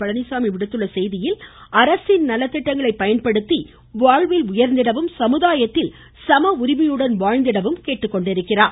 பழனிச்சாமி விடுத்துள்ள செய்தியில் அரசின் நல திட்டங்களை பயன்படுத்தி வாழ்வில் உயர்ந்திடவும் சமுதாயத்தில் சம உரிமையுடன் வாழ்ந்திடவும் கேட்டுக்கொண்டுள்ளார்